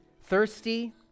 thirsty